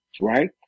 right